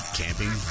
camping